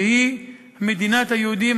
שהיא מדינת היהודים,